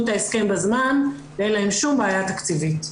את ההסכם בזמן ואין להם שום בעיה תקציבית.